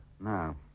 No